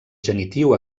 genitiu